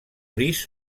gris